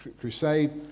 crusade